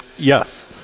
Yes